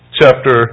chapter